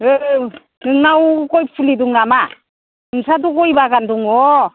औ नोंनाव गय फुलि दं नामा नोंस्राथ' गय बागान दङ